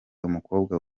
umukobwa